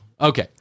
okay